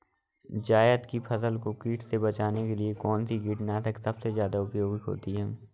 जायद की फसल को कीट से बचाने के लिए कौन से कीटनाशक सबसे ज्यादा उपयोगी होती है?